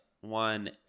one